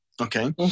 okay